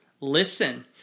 Listen